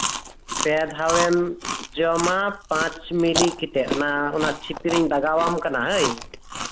ᱯᱮ ᱫᱷᱟᱣᱮᱢ ᱡᱚᱢᱟ ᱯᱟᱸᱪ ᱪᱷᱤᱯᱤ ᱠᱟᱛᱮ ᱚᱱᱟ ᱪᱷᱤᱯᱤ ᱨᱤᱧ ᱫᱟᱜᱟᱣᱟᱢ ᱠᱟᱱᱟ ᱦᱳᱭ